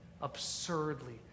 absurdly